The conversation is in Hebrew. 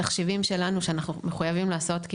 בתחשיבים שלנו שאנחנו מחויבים לעשות כי